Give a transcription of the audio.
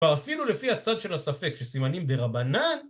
ואפילו לפי הצד של הספק שסימנים דה רבנן?